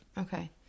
Okay